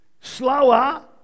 slower